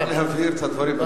רק להבהיר את הדברים,